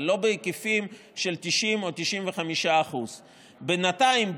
אבל לא בהיקפים של 90% או 95%. בינתיים,